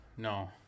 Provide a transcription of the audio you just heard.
No